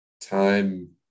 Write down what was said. Time